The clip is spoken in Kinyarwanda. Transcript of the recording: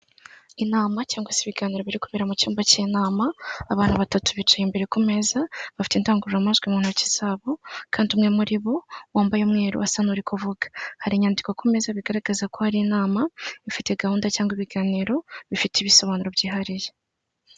Inama cyangwa se ibiganiro biri kubera mu cyumba cy'inama, abantu batatu bicaye imbere ku meza, bafite indangururamajwi mu ntoki za bo, kandi umwe muri bo wambaye umweru asa n'uri kuvuga. Hari inyandiko ku meza bigaragaza ko hari inama, ifite gahunda cyangwa ibiganiro, bifite ibisobanuro byihariye.